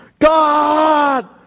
God